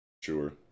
Sure